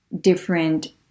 different